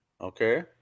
Okay